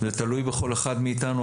זה תלוי בכל אחד מאיתנו,